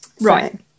Right